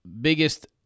biggest